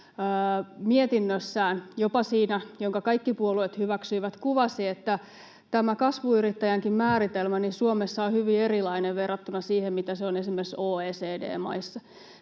mietinnössään, jopa siinä, jonka kaikki puolueet hyväksyivät, kuvasi — tämä kasvuyrittäjänkin määritelmä Suomessa on hyvin erilainen verrattuna siihen, mitä se on esimerkiksi OECD-maissa.